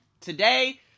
today